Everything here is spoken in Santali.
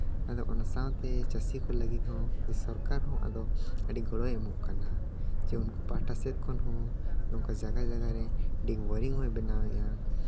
ᱟᱫᱚ ᱚᱱᱟ ᱥᱟᱶᱛᱮ ᱪᱟᱹᱥᱤ ᱠᱚ ᱞᱟᱹᱜᱤᱫ ᱦᱚᱸ ᱥᱚᱨᱠᱟᱨ ᱦᱚᱸ ᱟᱫᱚ ᱟᱹᱰᱤ ᱜᱚᱲᱚᱭ ᱮᱢᱚᱜ ᱠᱟᱱᱟ ᱪᱮ ᱩᱱᱠᱩ ᱯᱟᱦᱴᱟ ᱥᱮᱫ ᱠᱷᱚᱱ ᱦᱚᱸ ᱱᱚᱝᱠᱟ ᱡᱟᱭᱜᱟ ᱡᱟᱭᱜᱟ ᱨᱮ ᱵᱤᱜᱽ ᱵᱳᱨᱤᱝ ᱦᱚᱭ ᱵᱮᱱᱟᱣᱮᱜᱼᱟ